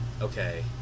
okay